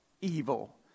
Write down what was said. evil